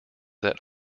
that